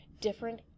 different